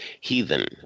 Heathen